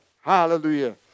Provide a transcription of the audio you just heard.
Hallelujah